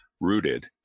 rooted